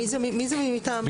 מי זה מי מטעמו?